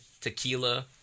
tequila